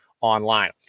online